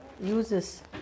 uses